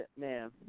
man